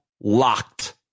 locked